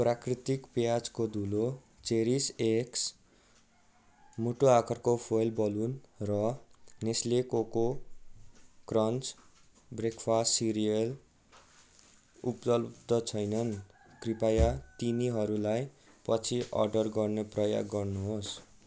प्राकृतिक प्याजको धुलो चेरिस एक्स मुटु आकारको फोइल बलुन र Nestle Koko Krunch breakfast cereal उप्लब्ध छैनन् कृपया तिनीहरूलाई पछि अर्डर गर्ने प्रयास गर्नुहोस्